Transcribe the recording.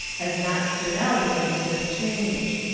has not stood out against this change.